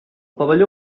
pavelló